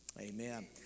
amen